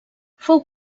fou